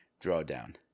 drawdown